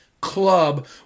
club